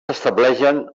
estableixen